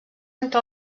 entre